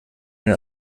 ein